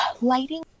lighting